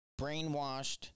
brainwashed